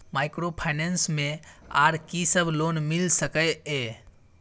Microfinance मे आर की सब लोन मिल सके ये?